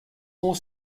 more